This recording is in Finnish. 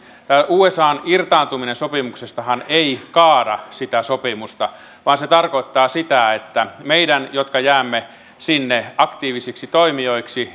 usan irtaantuminenhan sopimuksesta ei kaada sitä sopimusta vaan se tarkoittaa sitä että meidän jotka jäämme sinne aktiivisiksi toimijoiksi